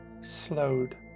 slowed